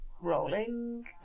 Rolling